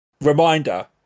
Reminder